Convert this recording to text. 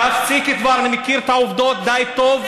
תפסיקי כבר, אני מכיר את העובדות די טוב.